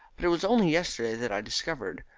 but it was only yesterday that i discovered.